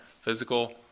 physical